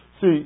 See